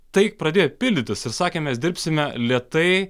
tai pradėjo pildytis ir sakė mes dirbsime lėtai